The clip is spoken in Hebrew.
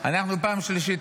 שאנחנו במצב של מלחמה,